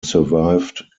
survived